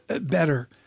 better